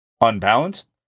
unbalanced